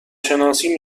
شناسی